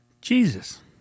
Jesus